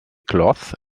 cloth